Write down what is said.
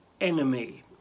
enemy